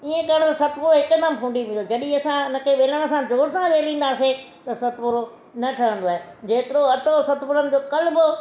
ईअं करे सतपुड़ो हिकदमि भुंडी जीअं असां उन खे वेलण सां जोर सां वेलींदासीं त सतपुड़ो न ठहंदो आहे जेतिरो अटो सतपुड़नि खे कलबो